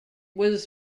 was